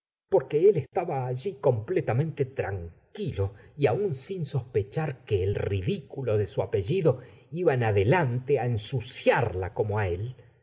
porque él estaba alli completamente tranquilo y aun sin sospechar que el ridículo de su apellido iba en adelante á ensuciarla como á él